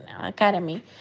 academy